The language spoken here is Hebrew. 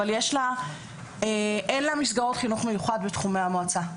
אבל אין לה מסגרות חינוך מיוחד בתחומי המועצה.